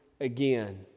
again